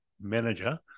manager